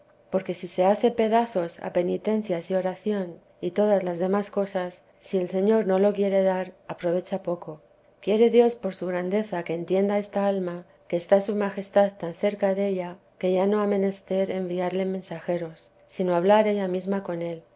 porque si se hace pedazos a penitencias y oración y todas las demás cosas si el señor no lo quiere dar aprovecha poco quiere dios por su grandeza que entienda esta alma que está su majestad tan cerca della que ya no ha menester enviarle mensajeros sino hablar ella mesma con él